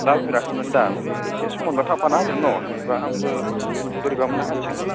दांफेराखैमोनदा ओंखायनो इसे सम मोनबा थाफाना होदो न' हायोबा आंबो बोरैबा मोनो हारसिं